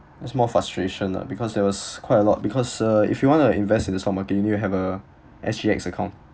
there's more frustration lah because there was quite a lot because uh if you want to invest in the stock market you need to have a S_G_X account